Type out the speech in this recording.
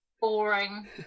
boring